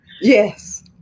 Yes